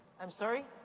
i'm sorry?